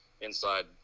inside